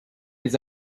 les